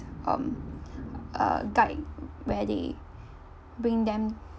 um a guide where they bring them